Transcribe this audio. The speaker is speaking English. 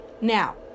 Now